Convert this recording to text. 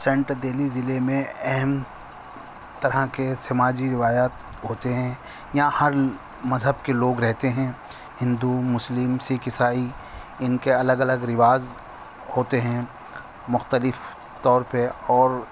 centre Delhi ضلع میں اہم طرح کے سماجی روایات ہوتے ہیں یہاں ہر مذہب کے لوگ رہتے ہیں ہندو مسلم سکھ عیسائی ان کے الگ الگ رواز ہوتے ہیں مختلف طور پہ اور